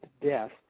death